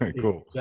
Cool